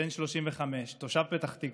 בן 35, תושב פתח תקווה,